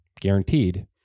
guaranteed